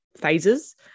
phases